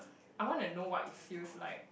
I want to know what it feels like